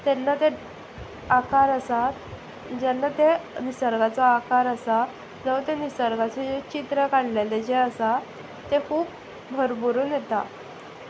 तेन्ना ते आकार आसा जेन्ना ते निसर्गाचो आकार आसा जावं ते निसर्गाचें जें चित्र काडलेलें जें आसा तें खूब भरभरून येता